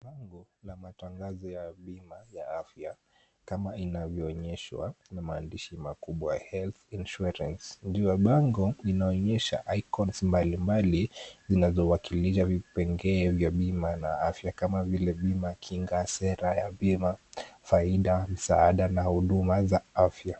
Bango la matangazo ya bima ya afya kama inavyoonyeshwa na maandishi makubwa HEALTH INSURANCE , juu ya bango inaonyesha icons mbalimbali vinavyowakilisha vipengee vya bima na afya kama vile bima, kinga, sera ya bima, faida, msaada na huduma za afya.